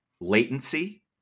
latency